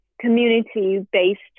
community-based